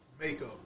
makeup